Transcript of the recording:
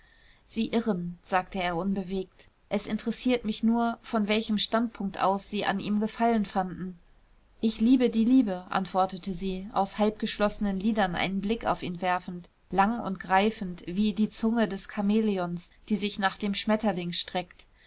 sie irren sagte er unbewegt es interessiert mich nur von welchem standpunkt aus sie an ihm gefallen fanden ich liebe die liebe antwortete sie aus halbgeschlossenen lidern einen blick auf ihn werfend lang und greifend wie die zunge des chamäleons die sich nach dem schmetterling streckt